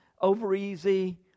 over-easy